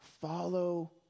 Follow